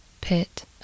Pit